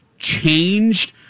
Changed